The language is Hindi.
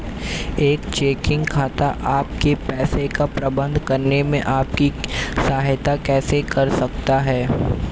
एक चेकिंग खाता आपके पैसे का प्रबंधन करने में आपकी सहायता कैसे कर सकता है?